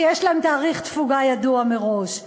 שיש להן תאריך תפוגה ידוע מראש.